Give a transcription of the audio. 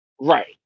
Right